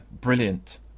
brilliant